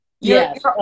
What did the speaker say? Yes